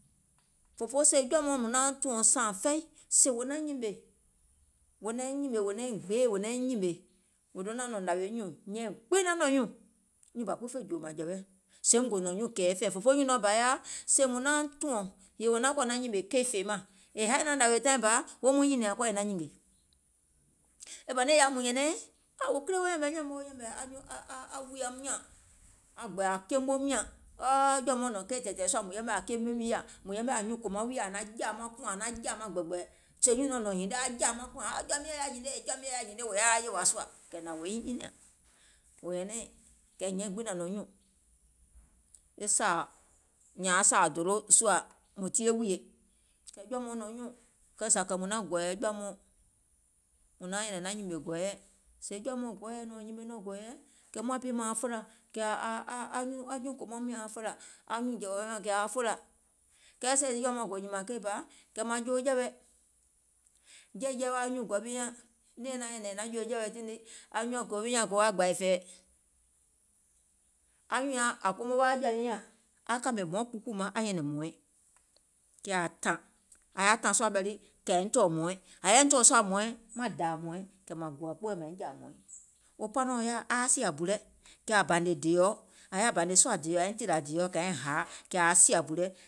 Fòfoo sèè jɔ̀ȧ mɔɔ̀ŋ mùŋ naaŋ tùɔ̀ŋ sȧȧŋ fɛi sèè wò naiŋ nyìmè wò naiŋ gbeè wò naiŋ nyìmè, wò donȧŋ nȧwèè nɔ̀ŋ nyùùŋ nyɛ̀iŋ gbiŋ naŋ nɔ̀ŋ nyùùŋ, nyùùŋ bȧ gbiŋ fè jòò mȧŋjɛ̀wɛ, sèè wo gò nɔ̀ŋ nyuùŋ kɛ̀ɛ̀fɛ̀ɛ̀, fòfoo nyùnɔ̀ɔŋ bȧ yaȧa, sèè mùŋ nauŋ tùɔ̀ŋ wò naŋ kɔ̀ wò naŋ nyìmè keì fèemȧŋ, è haì wa nȧwèè nɔŋ taìŋ bà, wo muiŋ nyɛ̀nìȧŋ kɔɔ è naŋ nyìngè, e bȧ niŋ yaȧa mùŋ nyɛ̀nɛìŋ, wò kile wo yɛ̀mɛ̀ nɛ̀ɛ̀ŋ muìŋ wo yɛ̀mɛ̀ aŋ wùìyaim nyȧŋ, aŋ keemeum nyȧŋ, aaa jɔ̀ȧ mɔɔ̀ŋ nɔ̀ŋ keì tɛ̀ɛ̀tɛ̀ɛ̀ sùȧ mùŋ yɛmɛ̀ aŋ keeme wi nyȧŋ, anyuùŋ kòmaŋ wi nyȧŋ ȧŋ naŋ jȧȧ maŋ kùȧŋ ȧŋ naŋ jȧȧ maŋ gbɛ̀gbɛ̀, sèè nyùnɔ̀ɔŋ nɔ̀ŋ hinie aŋ jȧȧ maŋ kùȧŋ aa jɔ̀ȧ miɔ̀ŋ yaȧ hinie, jɔ̀ȧ miɔ̀ŋ yaȧ hinie wò yaȧ yèwȧ sùȧ, kɛ̀ wò hnȧŋ wòiŋ nyɛ̀nɛ̀ŋ wò nyɛ̀nɛìŋ, kɛ̀ nyɛ̀iŋ gbiŋ nȧŋ nɔ̀ŋ nyùùŋ, nyȧȧŋ sàà, e sȧȧ dolo sùȧ mùŋ tìe wùìyè, sèè jɔ̀ȧ mɔɔ̀ŋ nɔ̀ŋ nyùùŋ kɛɛ zà mùŋ naŋ gɔ̀ɔ̀yɛ̀ jɔ̀ȧ mɔɔ̀ŋ, mùŋ nauŋ nyɛ̀nɛ̀ŋ wò naŋ nyìmè gɔ̀ɔ̀yɛ, sèè jɔ̀ȧ mɔɔ̀ŋ gɔɔyɛ̀ nɔŋ nyime nɔŋ gɔ̀ɔ̀yɛ, kɛ̀ muȧŋ bi mȧaŋ fòlȧ, kɛ̀ aa nyuùŋ kòmauŋ nyȧŋ aa fòlȧ, kɛɛ sèè jɔ̀ȧ mɔɔ̀ŋ gò nyìmȧŋ keì bà, kɛ̀ mȧŋ jòò jɛ̀wɛ̀, jɛɛ̀jɛɛ̀ wa nyuùŋ gɔu wi nyȧŋ nɛ̀ɛŋ naŋ nyɛ̀nɛ̀ŋ naŋ jòò jɛ̀wɛ̀ɛ tiŋ nii, anyuùŋ kòmaŋ wi nyȧŋ gò wa gbàì fɛ̀ɛ̀, anyùùŋ ȧŋ komo wa aŋ jɔ̀ȧ nyiŋ nyȧŋ, aŋ kȧmè hmɔɔ̀ŋ kpuukpùù maŋ aŋ nyɛ̀nɛ̀ŋ hmɔ̀ɔ̀ɛŋ kɛ̀ ȧŋ tȧŋ, ȧŋ yaȧ tȧŋ sùȧ ɓɛ̀ lii,